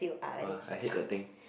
!wah! I hate that thing